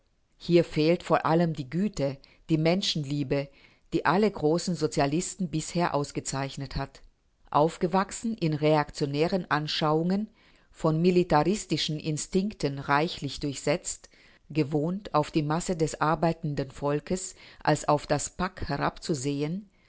hier fehlt vor allem die güte die menschenliebe die alle großen sozialisten bisher ausgezeichnet hat aufgewachsen in reaktionären anschauungen von militaristischen instinkten reichlich durchsetzt gewohnt auf die masse des arbeitenden volkes als auf das pack herabzusehen